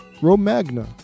Romagna